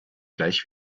gleich